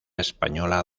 española